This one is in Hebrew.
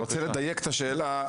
אני רוצה לדייק את השאלה.